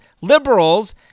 liberals